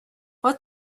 what